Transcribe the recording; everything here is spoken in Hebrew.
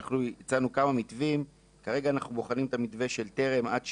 אנחנו הצענו כמה מתווים וכרגע אנחנו בוחנים את המתווה של טר"ם עד 60,